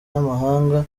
n’amahanga